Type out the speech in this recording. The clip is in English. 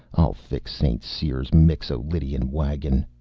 i'll fix st. cyr's mixo-lydian wagon.